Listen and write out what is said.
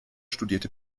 studierte